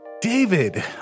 David